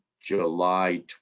july